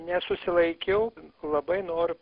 nesusilaikiau labai noriu